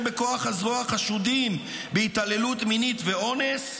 בכוח הזרוע חשודים בהתעללות מינית ואונס,